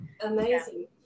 Amazing